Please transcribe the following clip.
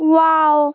wow